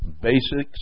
basics